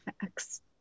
Facts